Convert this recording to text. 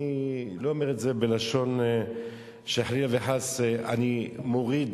אני לא אומר את זה בלשון שחלילה וחס אני מוריד,